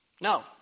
No